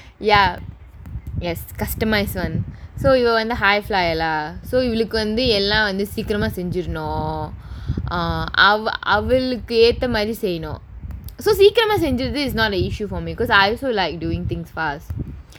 like customise one so you want to high fly lah so இவளுக்கு வந்து எல்லா வந்து சீக்கிரமா செஞ்சிரணும்:ivalukku vanthu ellaa vanthu seekiramaa senjiranum err அவ அவளுக்கு ஏத்த மாதிரி செய்யணும்:ava avalukku ettha maadiri seyyanum so சீக்கிரமா செஞ்சிர்றது:seekkiramaa senjirrathu this is not an issue for me because I also like doing things fast